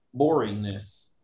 boringness